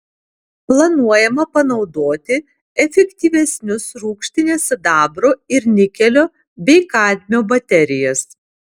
planuojama panaudoti efektyvesnius rūgštinės sidabro ir nikelio bei kadmio baterijas